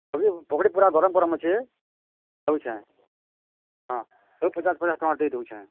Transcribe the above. ହଁ ଯେ ପକୁଡ଼ି ପୂରା ଗରମ୍ ଗରମ୍ ଅଛେ ଦେଉଛେଁ ହଁ ସବୁ ପଚାଶ୍ ପଚାଶ୍ ଟଙ୍କାର୍ ଦେଇ ଦେଉଛେଁ